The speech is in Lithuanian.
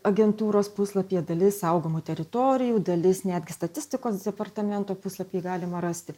agentūros puslapyje dalis saugomų teritorijų dalis netgi statistikos departamento puslapy galima rasti